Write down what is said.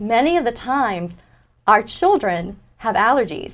many of the time our children have allergies